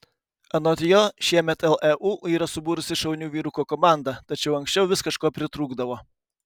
anot jo šiemet leu yra subūrusi šaunių vyrukų komandą tačiau anksčiau vis kažko pritrūkdavo